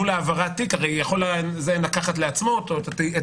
העברת תיק הרי הוא יכול לקחת לעצמו את הדיון,